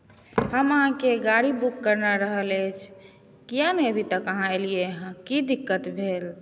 हम अहाँकेँ गाड़ी बुक करना रहल अछि किया नहि अभी तक अहाँ एलिऐ की दिक्कत भेल